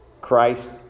Christ